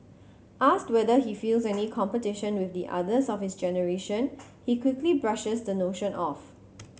asked whether he feels any competition with the others of his generation he quickly brushes the notion off